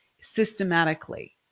systematically